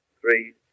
three